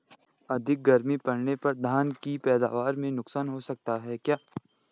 अधिक गर्मी पड़ने पर धान की पैदावार में नुकसान हो सकता है क्या?